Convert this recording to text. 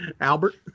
Albert